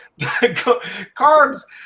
carbs